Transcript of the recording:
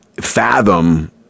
fathom